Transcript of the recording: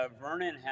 Vernon